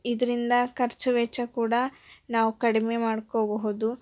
ಇದರಿಂದ ಖರ್ಚು ವೆಚ್ಚ ಕೂಡ ನಾವು ಕಡಿಮೆ ಮಾಡ್ಕೊಬಹುದು